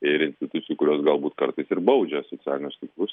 ir institucijų kurios galbūt kartais ir baudžia socialinius tinklus